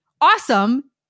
Awesome